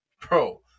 bro